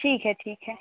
ठीक है ठीक है